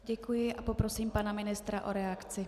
Děkuji a poprosím pana ministra o reakci.